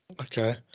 Okay